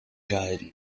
gehalten